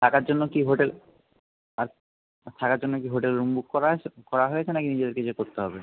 থাকার জন্য কী হোটেল আর থাকার জন্য কী হোটেল রুম বুক করা আছে করা হয়েছে নাকি নিজে গিয়ে করতে হবে